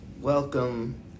Welcome